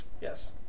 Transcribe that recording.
Yes